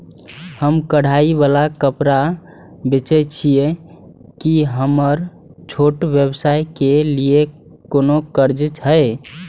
हम कढ़ाई वाला कपड़ा बेचय छिये, की हमर छोटा व्यवसाय के लिये कोनो कर्जा है?